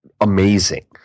amazing